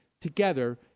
together